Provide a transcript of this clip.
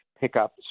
pickup